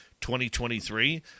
2023